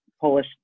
Polish